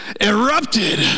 erupted